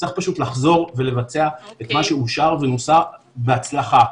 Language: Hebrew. צריך פשוט לחזור ולבצע את מה שאושר ונוסה בהצלחה.